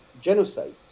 genocide